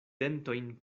dentojn